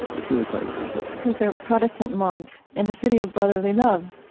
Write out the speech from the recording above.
it's really quite impressive these are protestant mobs in the city of brotherly love